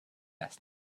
best